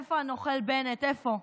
איפה הנוכל בנט, איפה?